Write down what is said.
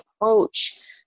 approach